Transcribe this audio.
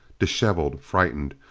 disheveled, frightened,